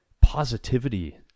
positivity